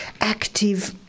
active